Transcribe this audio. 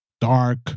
dark